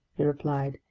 he replied.